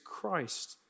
Christ